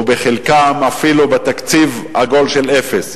ובחלקן אפילו תקציב עגול של אפס.